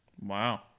Wow